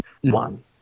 One